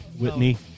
Whitney